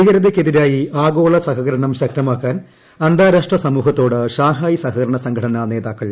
ഭീകരതയ്ക്കെതിരായി ആഗോള സഹകരണം ശക്തമാക്കാൻ അന്താരാഷ്ട്ര സമൂഹത്തോട് ഷാങ്ഹായ് സഹകരണ സംഘടനാ നേതാക്കൾ